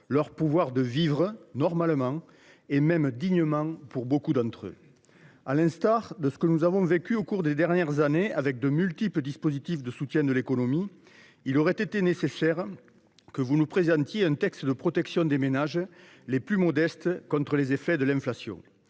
leur pouvoir de vivre normalement, et même dignement pour beaucoup d’entre eux. À l’instar de ce que nous avons vécu au cours des dernières années, notamment de multiples dispositifs de soutien de l’économie, il aurait été nécessaire que vous nous présentiez un texte de protection des ménages les plus modestes contre les effets de l’inflation,